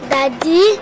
Daddy